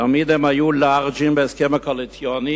תמיד הם היו לארג'ים בהסכם הקואליציוני,